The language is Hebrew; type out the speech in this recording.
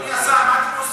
אדוני השר, מה אתם עושים?